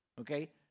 okay